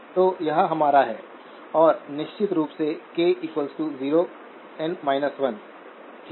तो यह हमारा है और निश्चित रूप से k 0 N 1 ठीक है